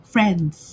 Friends